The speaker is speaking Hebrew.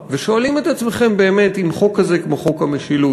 ושואלים את עצמכם אם חוק כזה כמו חוק המשילות,